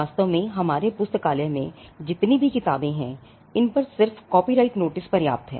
वास्तव में हमारे पुस्तकालय में जितनी भी किताबें हैं इन पर सिर्फ कॉपीराइट नोटिस पर्याप्त हैं